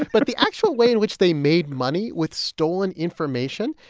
but the actual way in which they made money with stolen information,